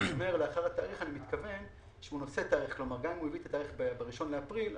כלומר הוא נושא את התאריך גם אם הוא מביא ב-1 באפריל,